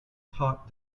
taught